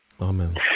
Amen